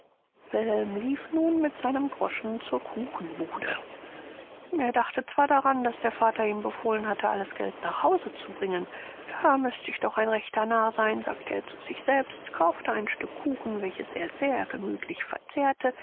wilhelm lief nun mit seinem groschen zur kuchenbude er dachte zwar daran daß der vater ihm befohlen habe alles geld nach hause zu bringen da müßte ich doch ein rechter narr sein sagte er zu sich selbst kaufte ein stück kuchen welches er sehr gemüthlich verzehrte